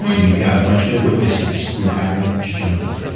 we've got a bunch of witnesses who haven't shown up.